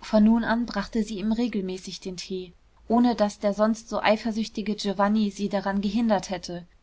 von nun an brachte sie ihm regelmäßig den tee ohne daß der sonst so eifersüchtige giovanni sie daran gehindert hätte